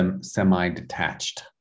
semi-detached